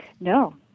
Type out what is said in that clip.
No